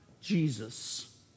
Jesus